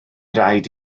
raid